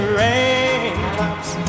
raindrops